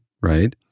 right